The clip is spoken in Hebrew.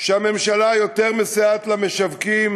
שהממשלה מסייעת יותר למשווקים,